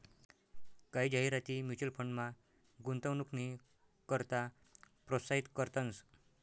कायी जाहिराती म्युच्युअल फंडमा गुंतवणूकनी करता प्रोत्साहित करतंस